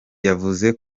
yavuze